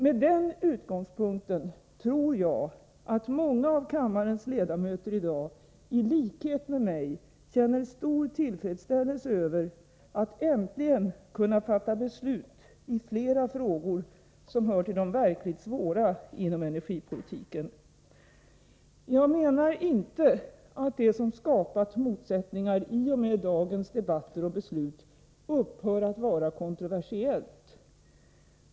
Med den utgångspunkten tror jag, att många av kammarens ledamöter i dagilikhet med mig känner stor tillfredsställelse över att äntligen kunna fatta beslut i flera frågor som hör till de verkligt svåra inom energipolitiken. Jag menar inte att det som skapat motsättningarna i och med dagens debatter och beslut upphör att vara kontroversiellt.